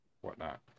whatnot